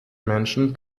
menschen